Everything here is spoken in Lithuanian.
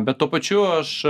bet tuo pačiu aš